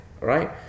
Right